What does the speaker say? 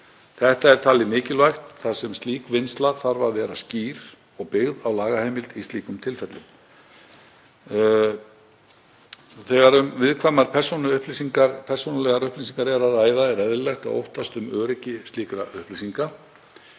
Þetta er talið mikilvægt þar sem slík vinnsla þarf að vera skýr og byggð á lagaheimild í slíkum tilfellum. Þegar um viðkvæmar persónulegar upplýsingar er að ræða er eðlilegt að óttast um öryggi slíkra upplýsinga.